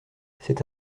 c’est